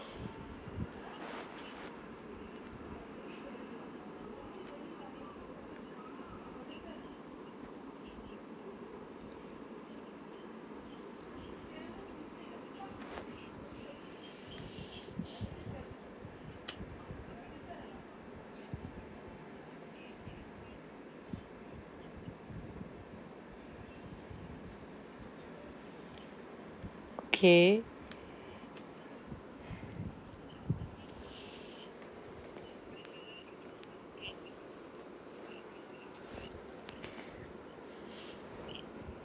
okay